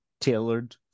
tailored